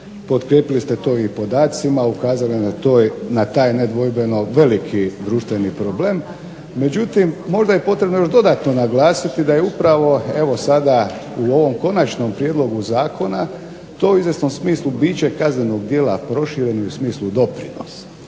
Potkrijepili ste to i podacima, ukazali na taj nedvojbeno veliki društveni problem. Međutim, možda je potrebno još dodatno naglasiti da je upravo evo sada u ovom konačnom prijedlogu zakona to u izvjesnom smislu biče kaznenog djela prošireni u smislu doprinosa.